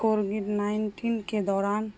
Covid nineteen کے دوران